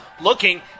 Looking